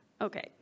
Okay